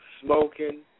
smoking